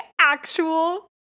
actual